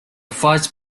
vice